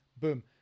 boom